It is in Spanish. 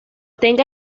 tenga